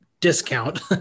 discount